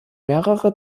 mehrere